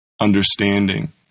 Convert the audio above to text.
understanding